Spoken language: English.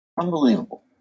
Unbelievable